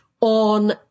on